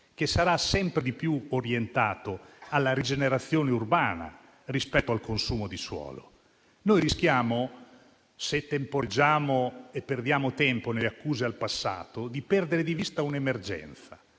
che sarà sempre di più orientato alla rigenerazione urbana rispetto al consumo di suolo. Se temporeggiamo e perdiamo tempo nelle accuse al passato, rischiamo di perdere di vista un'emergenza.